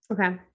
okay